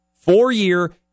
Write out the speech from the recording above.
Four-year